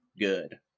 good